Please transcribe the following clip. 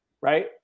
Right